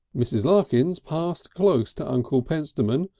mrs. larkins passed close to uncle pentstemon,